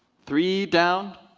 three down,